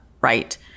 right